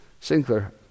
Sinclair